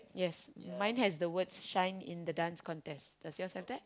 yes my has the words shine in the Dance Contest does yours have that